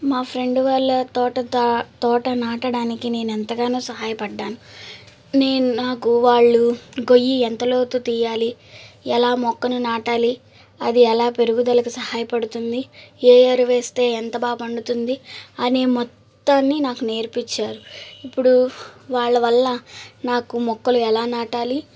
మా ఫ్రెండ్ వాళ్ళ తోట దా తోట నాటడానికి నేను ఎంతగానో సహాయపడినాను నేను నాకు వాళ్ళు గొయ్యి ఎంత లోతు తియ్యాలి ఎలా మొక్కను నాటాలి అది ఎలా పెరుగుదలకు సహాయపడుతుంది ఏ ఎరువు వేస్తే ఎంత బాగా పండుతుంది అని మొత్తాన్ని నాకు నేర్పిచ్చారు ఇప్పుడు వాళ్ళ వల్ల నాకు మొక్కలు ఎలా నాటాలి